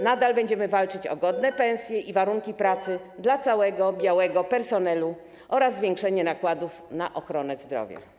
Nadal będziemy walczyć o godne pensje i warunki pracy dla całego białego personelu oraz o zwiększenie nakładów na ochronę zdrowia.